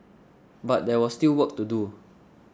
but there was still work to do